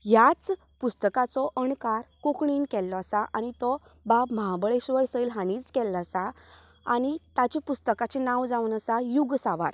ह्याच पुस्तकाचो अणकार कोंकणीन केल्लो आसा आनी तो बाब महाबळेश्वर सैल हांणीच केल्लो आसा आनी ताच्या पुस्तकाचे नांव जावन आसा युग सांवार